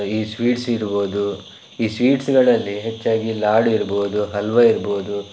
ಈ ಸ್ವೀಟ್ಸ್ ಇರಬಹುದು ಈ ಸ್ವೀಟ್ಸ್ಗಳಲ್ಲಿ ಹೆಚ್ಚಾಗಿ ಲಾಡು ಇರಬಹುದು ಹಲ್ವಾ ಇರಬಹುದು